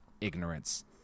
ignorance